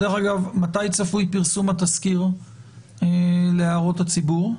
דרך אגב, מתי צפוי פרסום התזכיר להערות הציבור?